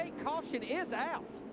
caution is out.